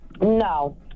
No